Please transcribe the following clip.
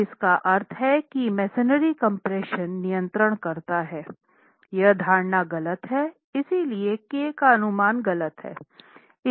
अब इसका अर्थ है कि मेसनरीकम्प्रेशन नियंत्रण करता हैं यह धारणा गलत है इसलिए k का अनुमान गलत है